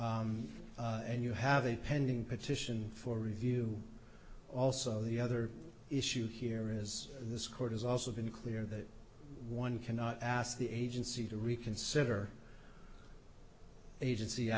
n and you have a pending petition for review also the other issue here is this court has also been clear that one cannot ask the agency to reconsider agency